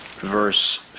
verse